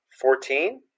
Fourteen